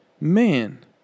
Man